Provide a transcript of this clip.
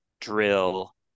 Drill